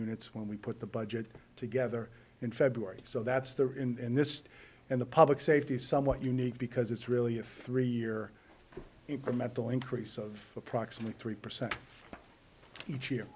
units when we put the budget together in february so that's there in this and the public safety is somewhat unique because it's really a three year incremental increase of approximately three percent each year